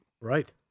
Right